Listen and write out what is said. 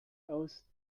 aus